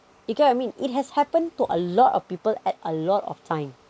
you get what I mean it has happened to a lot of people at a lot of time